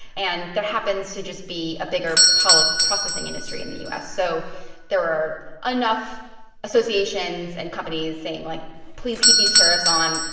and there happens to just be a bigger pollock processing industry in the u s. so there are enough associations and companies saying, like, please keep these tariffs on.